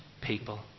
people